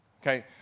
Okay